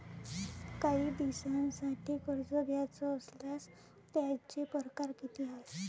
कायी दिसांसाठी कर्ज घ्याचं असल्यास त्यायचे परकार किती हाय?